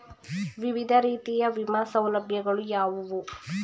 ವಿವಿಧ ರೀತಿಯ ವಿಮಾ ಸೌಲಭ್ಯಗಳು ಯಾವುವು?